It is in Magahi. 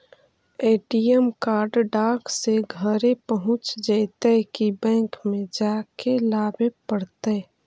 ए.टी.एम कार्ड डाक से घरे पहुँच जईतै कि बैंक में जाके लाबे पड़तै?